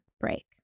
break